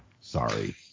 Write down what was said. Sorry